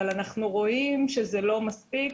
אבל אנחנו רואים שזה לא מספיק,